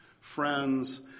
Friends